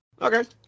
Okay